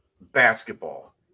Basketball